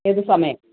ഏതു സമയം